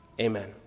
Amen